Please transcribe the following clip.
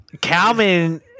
Calvin